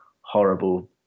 horrible